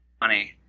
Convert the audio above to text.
money